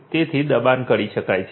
તેથી દબાણ કરી શકાય છે